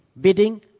Bidding